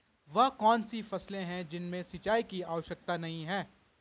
वह कौन कौन सी फसलें हैं जिनमें सिंचाई की आवश्यकता नहीं है?